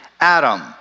Adam